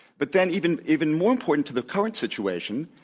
but then even even more important to the current situation,